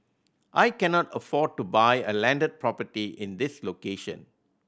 I cannot afford to buy a landed property in this location